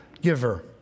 giver